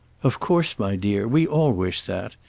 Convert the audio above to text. of course, my dear we all wish that.